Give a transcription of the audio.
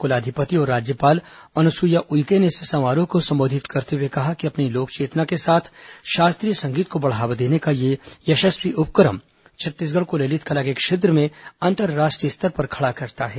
कुलाधिपति और राज्यपाल अनुसुईया उइके ने इस समारोह को संबोधित करते हुए कहा कि अपनी लोक चेतना के साथ शास्त्रीय संगीत को बढ़ावा देने का यह यषस्वी उपक्रम छत्तीसगढ़ को ललित कला के क्षेत्र में अंतरराष्ट्रीय स्तर पर खड़ा करता है